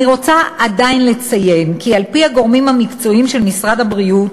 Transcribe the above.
אני רוצה עדיין לציין כי על-פי הגורמים המקצועיים של משרד הבריאות,